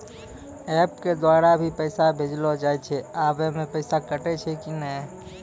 App के द्वारा भी पैसा भेजलो जाय छै आबै मे पैसा कटैय छै कि नैय?